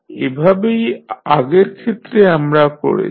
এভাবেই আগের ক্ষেত্রে আমরা করেছি